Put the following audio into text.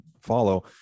follow